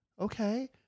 okay